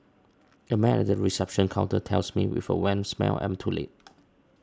a man at the reception counter tells me with a wan smile I am too late